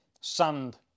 sand